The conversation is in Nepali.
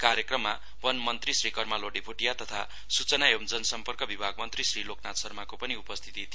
कार्यक्रममा वन मन्त्री श्री कर्मालोडे भोटिया तथा सूचना एवं जनसम्पर्क विभाग मन्त्री श्री लोकनाथ शर्माको पनि उपस्थिति थियो